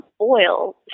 oil